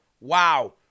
Wow